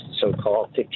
so-called